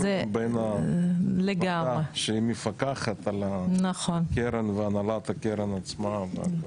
בין הוועדה שהיא מפקחת על הקרן והנהלת הקרן עצמה וכולי.